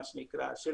של